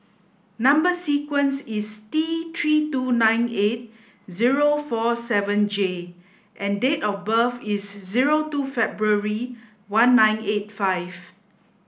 number sequence is T three two nine eight zero four seven J and date of birth is zero two February one nine eight five